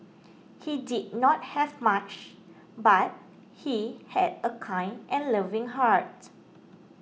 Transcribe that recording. he did not have much but he had a kind and loving heart